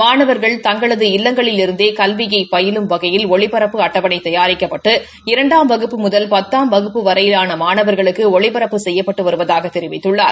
மாணவர்கள் தங்களது இல்லங்ளிவிருந்தே கல்வியை பயிலும் வகையில் ஒளிபரப்பு அட்டவணை தயாரிக்கப்பட்டு இரண்டாம் வகுப்பு முதல் பத்தாம் வகுப்பு வரையிலாள மாணவர்களுக்கு ஒளிபரப்பு செய்யப்பட்டு வருவதாகத் தெரிவித்துள்ளார்